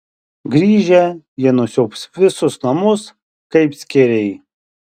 grįžę jie nusiaubs visus namus kaip skėriai